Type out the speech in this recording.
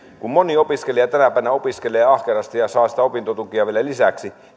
kun moni opiskelija tänä päivänä opiskelee ahkerasti ja saa sitä opintotukea vielä lisäksi